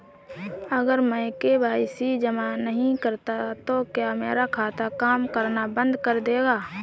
अगर मैं के.वाई.सी जमा नहीं करता तो क्या मेरा खाता काम करना बंद कर देगा?